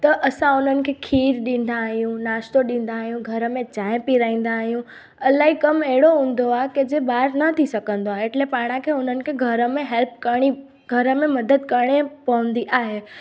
त असां उन्हनि खे खीर ॾींदा आहियूं नाश्तो ॾींदा आहियूं घर में चाहिं पीराईंदा आहियूं इलाही कमु अहिड़ो हूंदो आहे की जे ॿाहिरि न थी सघंदो आहे एटले पाण खे उन्हनि खे घर में हेल्प करणी घर में मदद करिणी पवंदी आहे